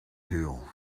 hill